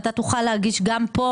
ואתה תוכל להגיש גם פה,